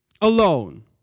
alone